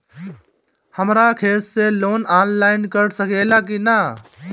हमरा खाता से लोन ऑनलाइन कट सकले कि न?